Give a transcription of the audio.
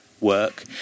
work